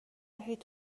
دهید